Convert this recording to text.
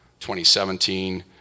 2017